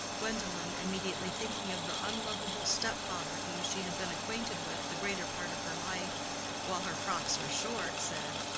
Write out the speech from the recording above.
gwendolen, immediately thinking of the unlovable step-father whom she had been acquainted with the greater part of her life while her frocks were short, said,